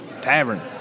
tavern